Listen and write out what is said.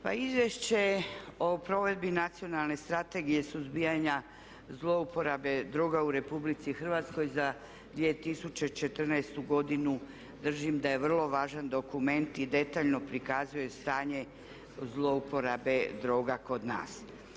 Pa Izvješće o provedbi Nacionalne strategije suzbijanja zlouporabe droga u Republici Hrvatskoj za 2014. godinu držim da je vrlo važan dokument i detaljno prikazuje stanje zlouporabe droga kod nas.